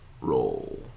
roll